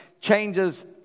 changes